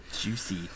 Juicy